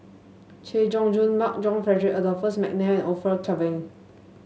Chay Jung Jun Mark John Frederick Adolphus McNair Orfeur Cavenagh